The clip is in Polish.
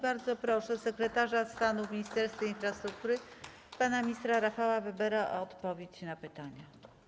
Bardzo proszę sekretarza stanu w Ministerstwie Infrastruktury pana ministra Rafała Webera o odpowiedź na pytania.